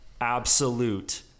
absolute